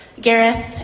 Gareth